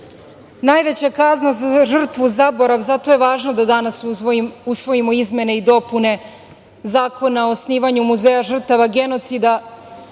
najveća kazna za žrtvu zaborav. Zato je važno da danas usvojimo izmene i dopune Zakona o osnivanju Muzeja žrtava genocida.